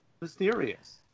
mysterious